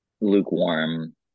lukewarm